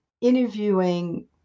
interviewing